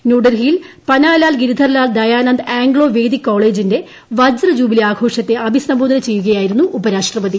ന്യൂഡൽഹിയിൽ Pannalal Girdharlal Dayanand Anglo Vedic കോളേജിന്റെ വജ്ര ജൂബിലി ആഘോഷത്തെ അഭിസംബോധന ചെയ്യുകയായിരുന്നു ഉപരാഷ്ട്രപതി